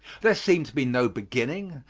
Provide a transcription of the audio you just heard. there seemed to be no beginning,